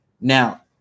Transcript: Now